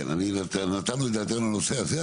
כן, נתנו את דעתנו על הנושא הזה.